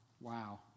Wow